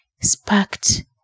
sparked